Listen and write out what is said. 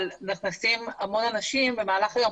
אבל נכנסים שם הרבה אנשים במהלך היום,